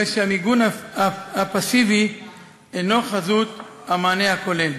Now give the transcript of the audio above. הרי המיגון הפסיבי אינו חזות המענה הכולל.